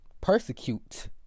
Persecute